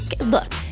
Look